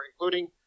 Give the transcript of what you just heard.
including